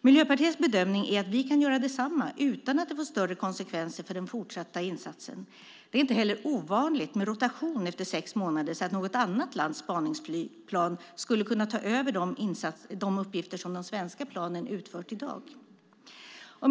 Miljöpartiets bedömning är att vi kan göra detsamma utan att det får större konsekvenser för den fortsatta insatsen. Det är inte heller ovanligt med rotation efter sex månader. Något annat lands spaningsplan skulle alltså kunna ta över de uppgifter som de svenska planen utför i dag.